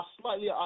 Slightly